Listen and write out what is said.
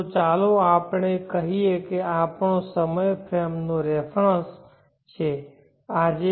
તો ચાલો આપણે કહીએ કે આ આપણો સમય ફ્રેમ નો રેફરન્સ છે આજે